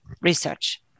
research